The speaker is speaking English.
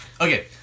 Okay